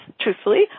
truthfully